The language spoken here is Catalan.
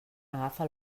agafa